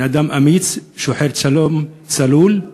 בן-אדם אמיץ, שוחר שלום, צלול.